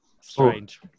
Strange